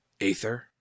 Aether